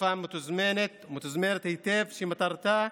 מתקפה מתוזמנת היטב, שמטרתה